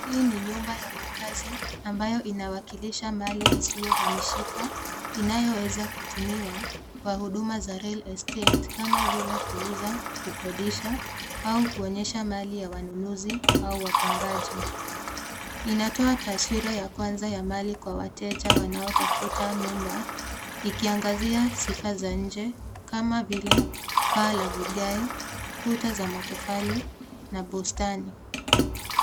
Hii ni nyumba ya makazi ambayo inawakilisha mali isiyohamishika inayoweza kutumika kwenye huduma ya real estate kama vile kuuza, kukodisha au kuonyesha mali ya wanunuzi au wapangaji. Inatoa taswira ya kwanza ya mali kwa wateja wanaotafuta nyumba ikiangazia sifa za nje kama vile paa la vigae, kuta za matofali na bustani.